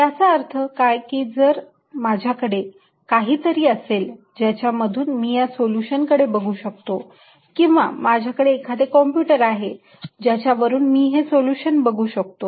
याचा अर्थ काय की जर माझ्याकडे काही तरी असेल ज्याच्या मधून मी या सोल्युशन कडे बघू शकतो किंवा माझ्याकडे एखादे कॉम्प्युटर आहे ज्याच्या वरून मी हे सोल्युशन बघु शकतो